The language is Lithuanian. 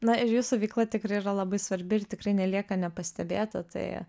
na ir jūsų veikla tikrai yra labai svarbi ir tikrai nelieka nepastebėta tai